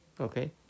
Okay